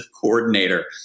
coordinator